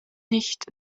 nicht